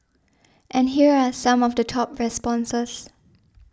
and here are some of the top responses